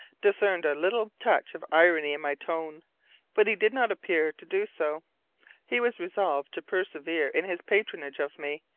discerned a little touch of irony in my tone but he did not appear to do so he was resolved to persevere in his patronage of me.